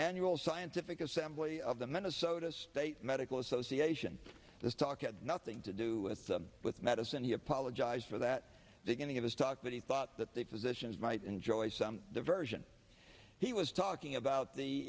annual scientific assembly of the minnesota state medical association there's talk of nothing to do with medicine he apologized for that beginning of his talk that he thought that the physicians might enjoy the version he was talking about the